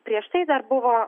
prieš tai dar buvo